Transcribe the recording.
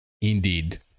Indeed